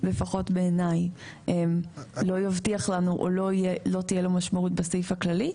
לפחות בעיניי יבטיח לנו או לא תהיה לו משמעות בסעיף הכללי.